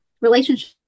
relationship